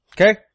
Okay